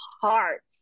heart